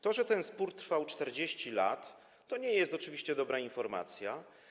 To, że ten spór trwał 40 lat, to nie jest oczywiście dobra informacja.